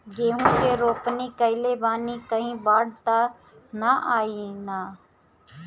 गेहूं के रोपनी कईले बानी कहीं बाढ़ त ना आई ना?